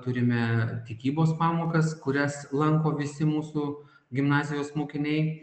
turime tikybos pamokas kurias lanko visi mūsų gimnazijos mokiniai